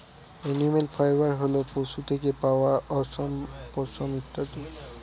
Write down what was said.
animal fibre হল পশু থেকে পাওয়া অশম, পশম ইত্যাদি